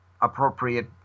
appropriate